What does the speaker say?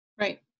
Right